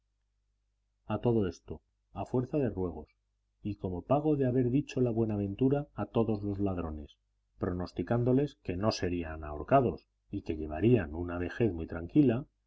a todo esto a fuerza de ruegos y como pago de haber dicho la buenaventura a todos los ladrones pronosticándoles que no serían ahorcados y que llevarían una vejez muy tranquila